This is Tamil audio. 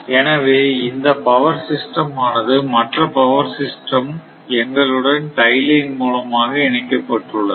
எனவே இந்த பவர் சிஸ்டம் ஆனது மற்ற பவர் சிஸ்டம் எங்களுடன் டை லைன் மூலமாக இணைக்கப்பட்டுள்ளது